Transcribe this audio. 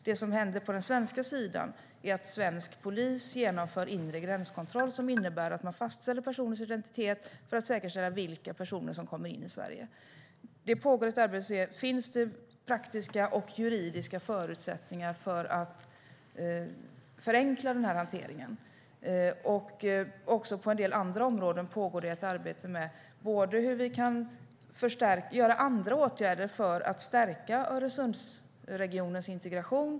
Det som händer på den svenska sidan är att svensk polis genomför inre gränskontroll, som innebär att man fastställer personers identitet för att säkerställa vilka personer som kommer in i Sverige. Det pågår ett arbete för att se: Finns det praktiska och juridiska förutsättningar för att förenkla den hanteringen? Också på en del andra områden pågår det arbete. Det handlar om hur vi kan vidta andra åtgärder för att stärka Öresundsregionens integration.